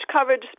coverage